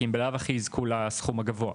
כי בלאו הכי הם יזכו לסכום הגבוה.